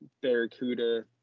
Barracuda